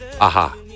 Aha